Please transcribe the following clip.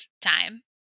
time